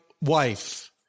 wife